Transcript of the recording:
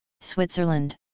Switzerland